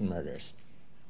and